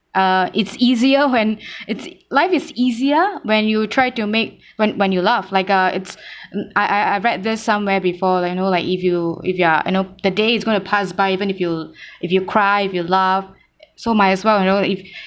uh it's easier when it's life is easier when you try to make when when you laugh like uh it's I I I read this somewhere before like you know like if you if you are you know the day is going to pass by even if you if you cry if you laugh so might as well you know if